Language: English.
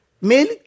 milk